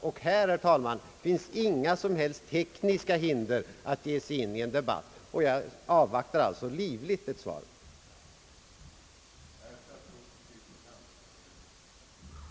Det finns i dag, herr talman, inga som helst tekniska hinder för att ge sig in i en debatt. Jag avvaktar alltså med livligt intresse ett svar.